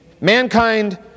Mankind